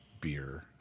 beer